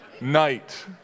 night